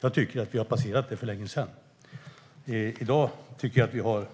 Jag tycker att vi har passerat det för länge sedan. I dag tycker jag att vi har